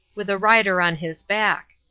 with a rider on his back.